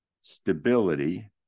stability